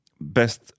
best